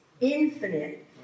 infinite